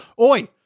Oi